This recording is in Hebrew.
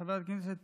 חבר הכנסת פינדרוס,